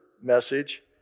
message